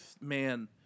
man